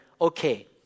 okay